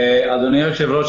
אדוני היושב-ראש,